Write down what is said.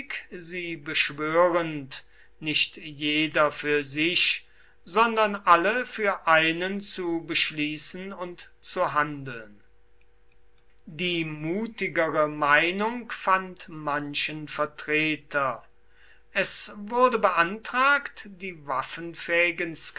sie beschwörend nicht jeder für sich sondern alle für einen zu beschließen und zu handeln die mutigere meinung fand manchen vertreter es wurde beantragt die waffenfähigen